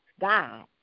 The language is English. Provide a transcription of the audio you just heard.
God